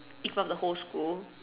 in front of the whole school